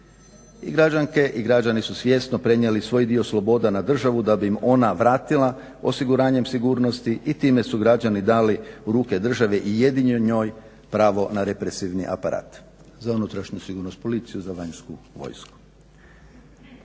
i građanke i građani su svjesno prenijeli svoj dio sloboda na državu da bi im ona vratila osiguranjem sigurnosti i time su građani dali u ruke državi i jedino njoj pravo na represivni aparat, za unutrašnju sigurnost, policiju, za vanjsku vojsku.